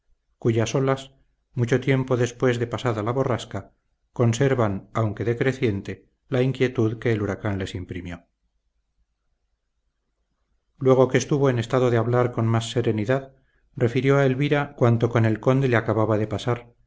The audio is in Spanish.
cuyas olas mucho tiempo después de pasada la borrasca conservan aunque decreciente la inquietud que el huracán les imprimió luego que estuvo en estado de hablar con más serenidad refirió a elvira cuanto con el conde le acababa de pasar